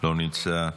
לא נמצא,